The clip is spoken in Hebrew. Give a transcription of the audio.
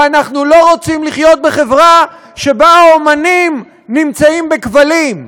ואנחנו לא רוצים לחיות בחברה שבה האמנים נמצאים בכבלים,